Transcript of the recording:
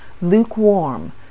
Lukewarm